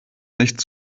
nichts